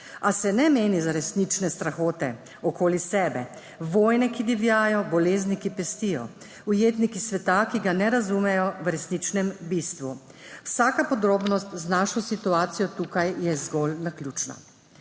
a se ne meni za resnične strahote okoli sebe, vojne, ki divjajo, bolezni, ki pestijo, ujetniki sveta, ki ga ne razumejo v resničnem bistvu. Vsaka podrobnost z našo situacijo tukaj je zgolj naključna.